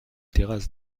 terrasses